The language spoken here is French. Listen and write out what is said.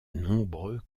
nombreux